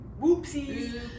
whoopsies